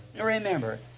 remember